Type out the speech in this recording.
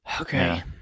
Okay